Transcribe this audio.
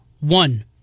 one